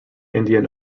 indian